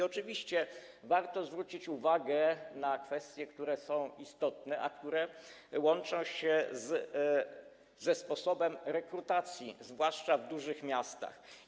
Oczywiście warto zwrócić uwagę na kwestie, które są istotne, a które łączą się ze sposobem rekrutacji, zwłaszcza w dużych miastach.